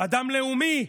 אדם לאומי,